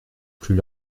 plus